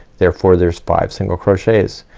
therefore there's five single crochets.